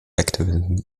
activism